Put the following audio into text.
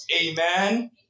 Amen